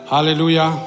Hallelujah